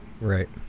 Right